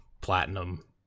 platinum